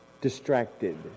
Distracted